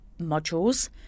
modules